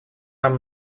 нам